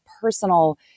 personal